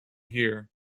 here